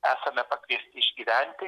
esame pakviesti išgyventi